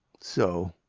so,